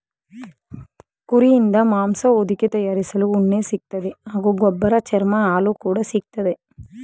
ಕುರಿಯಿಂದ ಮಾಂಸ ಹೊದಿಕೆ ತಯಾರಿಸಲು ಉಣ್ಣೆ ಸಿಗ್ತದೆ ಹಾಗೂ ಗೊಬ್ಬರ ಚರ್ಮ ಹಾಲು ಕೂಡ ಸಿಕ್ತದೆ